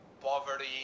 poverty